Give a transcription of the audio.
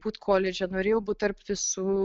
būt koledže norėjau būt tarp visų